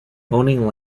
owning